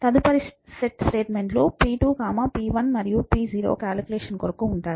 తదుపరి సెట్ స్టేట్మెంట్లు p2 p1 మరియు p0 క్యాలుకులేషన్ కొరకు ఉంటాయి